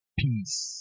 peace